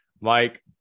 Mike